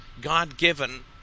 God-given